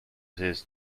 his